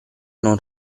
non